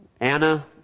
Anna